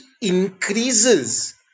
increases